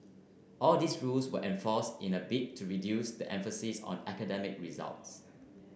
all these rules were enforced in a bid to reduce the emphasis on academic results